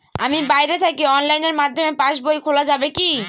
আমি বাইরে থাকি অনলাইনের মাধ্যমে পাস বই খোলা যাবে কি?